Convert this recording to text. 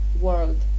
world